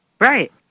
Right